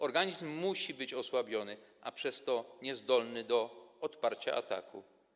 Organizm musi być osłabiony, a przez to niezdolny do odparcia ataku.